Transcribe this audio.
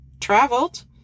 traveled